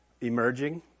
emerging